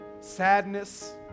sadness